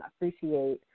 appreciate